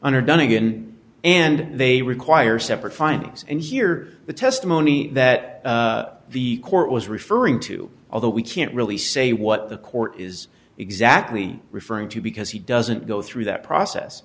dunnigan and they require separate findings and hear the testimony that the court was referring to although we can't really say what the court is exactly referring to because he doesn't go through that process